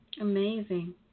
Amazing